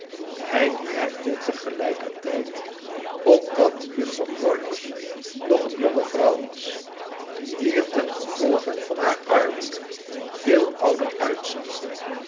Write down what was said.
hij merkte te gelijkevtijd op dat juffrouw plornish nog een jonge vrouw was die er tengevolge van haar armoede veel ruder uitzag